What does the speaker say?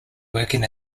working